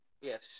Yes